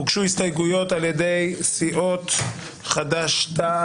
הוגשו הסתייגויות על ידי סיעות חד"ש-תע"ל,